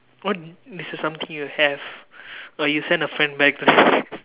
what is the something you have or you send a friend back